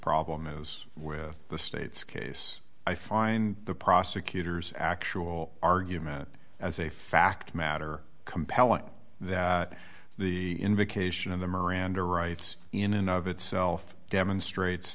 problem is with the state's case i find the prosecutor's actual argument as a fact matter compelling that the invocation of the miranda rights in and of itself demonstrate